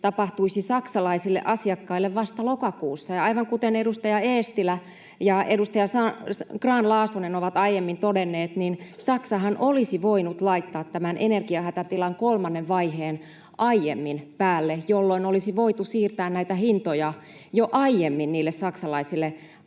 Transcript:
tapahtuisi saksalaisille asiakkaille vasta lokakuussa. Ja aivan kuten edustaja Eestilä ja edustaja Grahn-Laasonen ovat aiemmin todenneet, niin Saksahan olisi voinut laittaa tämän energiahätätilan kolmannen vaiheen aiemmin päälle, jolloin olisi voitu siirtää näitä hintoja jo aiemmin niille saksalaisille asiakkaille,